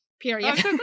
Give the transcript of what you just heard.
Period